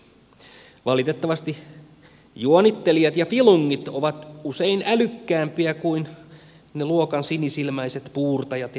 valitettavasti juonittelijat ja filungit ovat usein älykkäämpiä kuin ne luokan sinisilmäiset puurtajat ja hikipingot